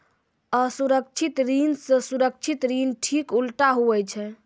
असुरक्षित ऋण से सुरक्षित ऋण ठीक उल्टा हुवै छै